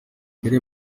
imbere